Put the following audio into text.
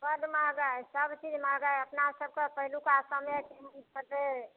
बड महङ्गा हय सभचीज महङ्गा हय अपना सभकऽ पहिलुका समय दय